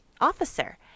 officer